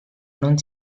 non